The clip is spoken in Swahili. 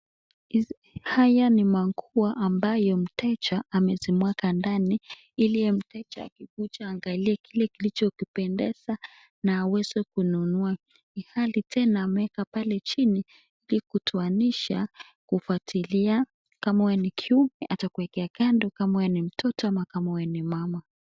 Haya ni manguo ambaye mteja amesimwaka ndani hili mteja akikuja angalie kile kilicho kioendeza na awese kununua hilhali tena ameweka kwa kapale chini hiki kuanisha kufwatilia kama wewe ni kiume ama wewe ni mtoto ama wewe ni mama.